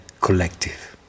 collective